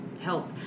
Help